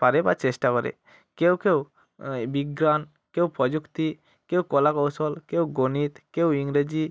পারে বা চেষ্টা করে কেউ কেউ এই বিজ্ঞান কেউ প্রযুক্তি কেউ কলা কৌশল কেউ গণিত কেউ ইংরেজি